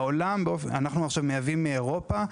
אנחנו עכשיו מייבאים את זה מאירופה.